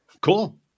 Cool